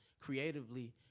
creatively